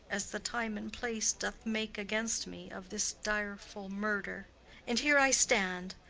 as the time and place doth make against me, of this direful murther and here i stand,